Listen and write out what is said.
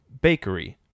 bakery